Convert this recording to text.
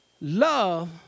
love